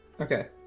Okay